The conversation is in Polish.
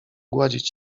gładzić